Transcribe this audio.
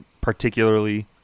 particularly